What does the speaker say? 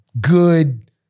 good